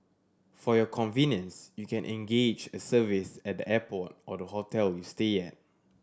for your convenience you can engage a service at the airport or the hotel you stay at